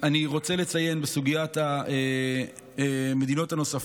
בסוגיית המדינות הנוספות,